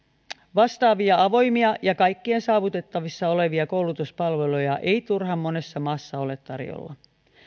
vastaavia avoimia ja kaikkien saavutettavissa olevia koulutuspalveluja ei turhan monessa maassa ole tarjolla